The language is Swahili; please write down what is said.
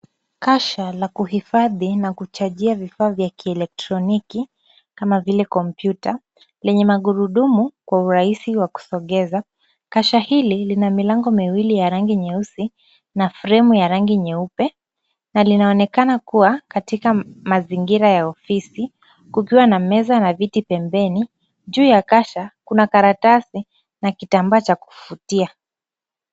Kasha la kuhifandi na kuchajia vifaa vya kielektroniki kama vile kompyuta lenye magurudumu kwa urahisi wa kusogeza. Kasha hili lina milango miwili ya rangi nyeusi na fremu ya rangi nyeupe na linaonekana kuwa katika mazingira ya ofisi kukiwa na meza na viti pembeni. Juu ya kasha kuna karatasi na kitambaa cha kufutia.